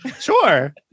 Sure